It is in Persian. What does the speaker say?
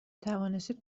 توانستید